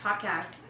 podcast